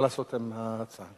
מה לעשות עם ההצעה?